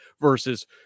Versus